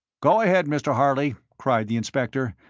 go ahead, mr. harley! cried the inspector.